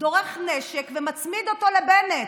דורך נשק ומצמיד אותו לבנט,